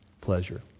pleasure